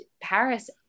Paris